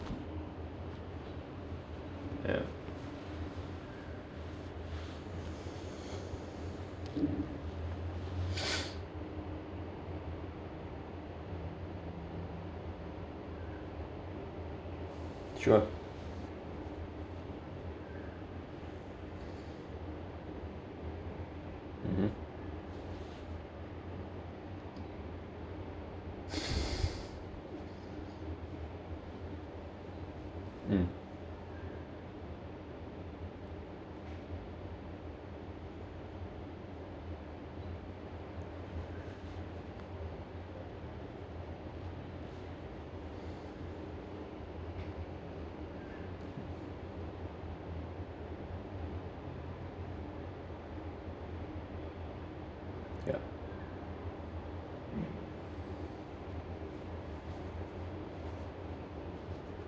sure mmhmm mm